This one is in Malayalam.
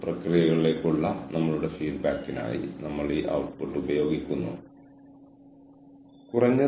ഇത് എച്ച്ആർ മാനേജരുടെ മേൽ വളരെയധികം ഭാരം ചുമത്തുന്നു